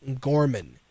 Gorman